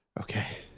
Okay